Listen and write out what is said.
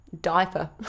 diaper